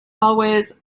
hallways